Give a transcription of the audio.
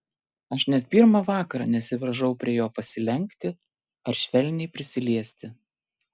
aš net pirmą vakarą nesivaržau prie jo pasilenkti ar švelniai prisiliesti